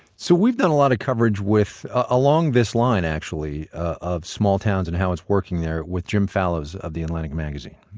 so we've done a lot of coverage ah along this line actually of small towns and how it's working there with jim fallows of the atlantic magazine.